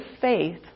faith